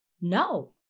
no